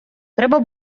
треба